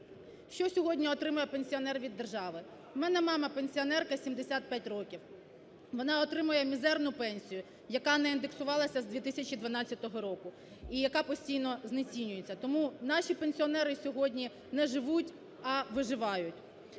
Що сьогодні отримує пенсіонер від держави? В мене мама пенсіонерка, 75 років. Вона отримує мізерну пенсію, яка не індексувалася з 2012 року і яка постійно знецінюється. Тому наші пенсіонери сьогодні не живуть, а виживають.